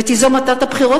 ותיזום אתה את הבחירות,